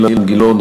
אילן גילאון,